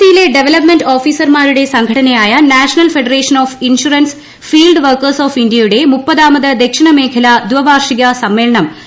C യിലെ development ഓഫീസർമാരുടെ സംഘടനയായ national federation of insurance field workers of India യുടെ മുപ്പതാമത് ദക്ഷിണമേഖല ദൈവാർഷിക സമ്മേളനം ആരംഭിക്കും